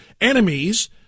enemies